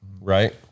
right